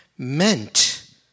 Meant